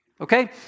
Okay